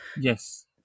Yes